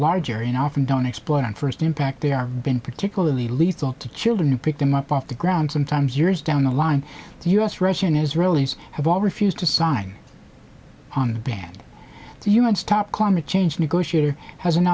larger and often don't explode on first impact they are been particularly lethal to children who pick them up off the ground sometimes years down the line to us russian israelis have all refused to sign on the bad humans top climate change negotiator has